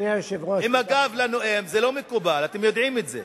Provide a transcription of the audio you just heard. עם הגב לנואם, זה לא מקובל, אתם יודעים את זה.